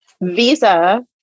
visa